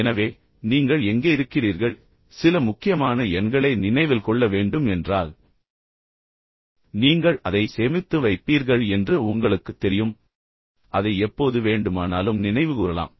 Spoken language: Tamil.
எனவே நீங்கள் எங்கே இருக்கிறீர்கள் சில முக்கியமான எண்களை நினைவில் கொள்ள வேண்டும் என்றால் நீங்கள் அவற்றை மனப்பாடம் செய்யக் கூட கவலைப்படுவதில்லை ஏனென்றால் நீங்கள் அதை சேமித்து வைப்பீர்கள் என்று உங்களுக்குத் தெரியும் பின்னர் நீங்கள் அதை எப்போது வேண்டுமானாலும் நினைவுகூரலாம்